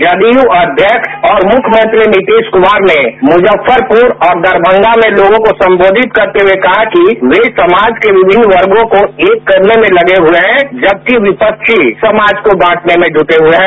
जदयू अध्यक्ष और मुख्यमंत्री नीतीश कुमार ने मुजफ्फरपुर और दरमंगा में लोगों को संबोधित करते हुए कहा कि वे समाज के विमिन्न वर्गो को एक करने में लगे हुए हैं जबकि विपक्षी समाज को बांटने में जुटे हुए हैं